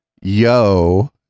Yo